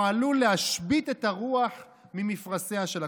הוא עלול להשבית את הרוח ממפרשיה של הקבוצה.